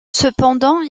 cependant